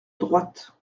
droite